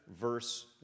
verse